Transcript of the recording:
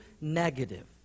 negative